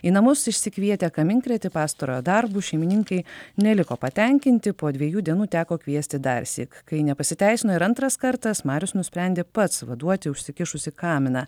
į namus išsikvietę kaminkrėtį pastarojo darbu šeimininkai neliko patenkinti po dviejų dienų teko kviesti darsyk kai nepasiteisino ir antras kartas marius nusprendė pats vaduoti užsikišusį kaminą